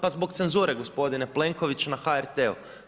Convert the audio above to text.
Pa zbog cenzure gospodine Plenković na HRT-u.